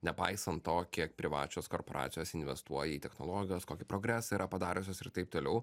nepaisant to kiek privačios korporacijos investuoja į technologijos kokį progresą yra padariusios ir taip toliau